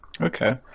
okay